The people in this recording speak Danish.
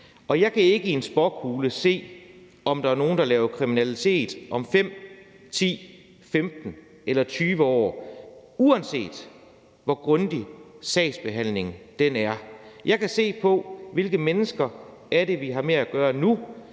Og jeg kan ikke i en spåkugle se, om der er nogen, der laver kriminalitet om 5, 10, 15 eller 20 år, uanset hvor grundig sagsbehandlingen er. Jeg kan se på, hvilke mennesker det er, vi har med at gøre nu,